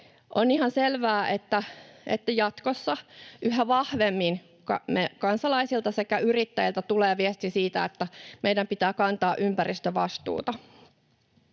On ihan selvää, että jatkossa yhä vahvemmin kansalaisilta sekä yrittäjiltä tulee viesti siitä, että meidän pitää kantaa ympäristövastuuta.